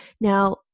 Now